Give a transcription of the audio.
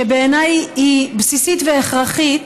שבעיניי היא בסיסית והכרחית,